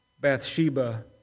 Bathsheba